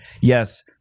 yes